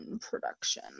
Production